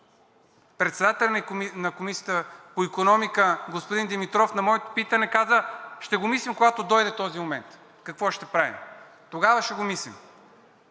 председателят на Комисията по икономика господин Димитров на мое питане каза: „Ще го мислим, когато дойде този момент какво ще правим. Тогава ще го мислим.“